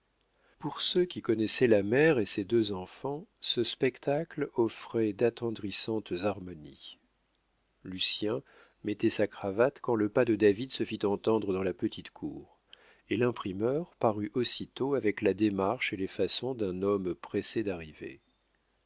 pour ceux qui connaissaient la mère et ses deux enfants ce spectacle offrait d'attendrissantes harmonies lucien mettait sa cravate quand le pas de david se fit entendre dans la petite cour et l'imprimeur parut aussitôt avec la démarche et les façons d'un homme pressé d'arriver